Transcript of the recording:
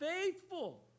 faithful